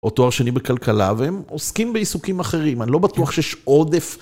או תואר שני בכלכלה, והם עוסקים בעיסוקים אחרים, אני לא בטוח שיש עודף.